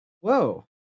Whoa